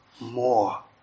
more